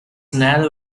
narrow